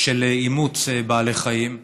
של אימוץ בעלי חיים.